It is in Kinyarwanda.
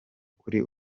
kuri